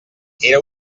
era